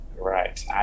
Right